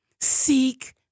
Seek